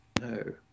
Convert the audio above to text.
No